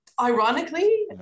Ironically